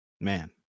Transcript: Man